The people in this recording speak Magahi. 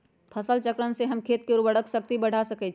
फसल चक्रण से हम खेत के उर्वरक शक्ति बढ़ा सकैछि?